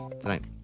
Tonight